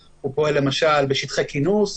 הוא פועל למשל בשטחי כינוס